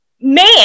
man